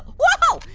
whoa!